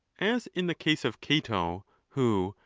as in the case of cato, who,